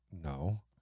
No